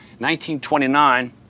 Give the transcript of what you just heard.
1929